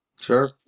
Sure